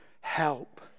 help